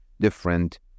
different